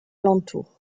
alentour